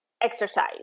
Exercise